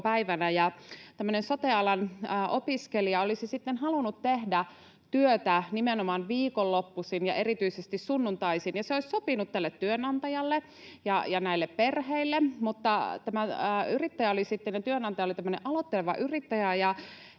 sote-alan opiskelija olisi sitten halunnut tehdä työtä nimenomaan viikonloppuisin ja erityisesti sunnuntaisin, ja se olisi sopinut tälle työnantajalle ja näille perheille. Tämä työnantaja oli sitten tämmöinen